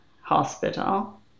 hospital